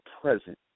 present